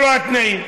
אלו התנאים.